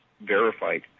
verified